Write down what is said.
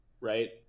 right